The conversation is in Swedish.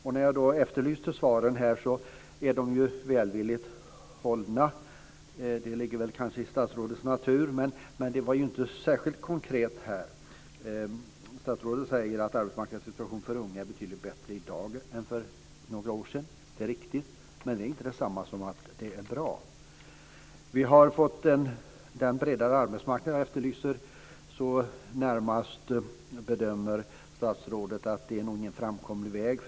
De svar jag efterlyste är välvilligt hållna. Det ligger kanske i statsrådets natur. Men det var inte särskilt konkret. Statsrådet säger att arbetsmarknadssituationen för unga är betydligt bättre i dag än för några år sedan. Det är riktigt, men det är inte det samma som att det är bra. Vi har fått den bredare arbetsmarknad jag efterlyser, så statsrådet bedömer närmast att det inte är någon framkomlig väg.